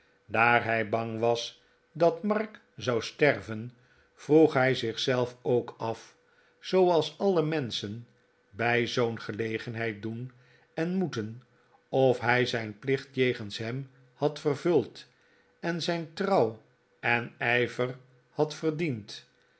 daar hij bang was dat mark zou sterven vroeg hij zich zelf ook af zooals alle menschen bij zoo'n gelegenheid doen en moeten of hij zijn plicht jegens hem had vervuld en zijn trouw en ijver had verdiend